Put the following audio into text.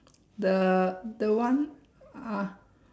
the the one ah